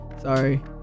sorry